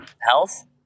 health